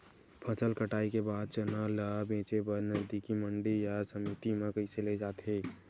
फसल कटाई के बाद चना ला बेचे बर नजदीकी मंडी या समिति मा कइसे ले जाथे?